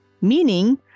Meaning